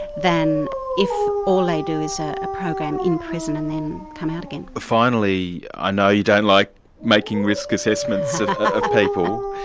than if all they do is a program in prison and then come out again. finally, i know you don't like making risk assessments of people.